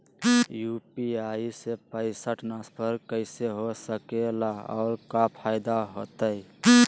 UPI से पैसा transfer कैसे हो सके ला और का फायदा होएत?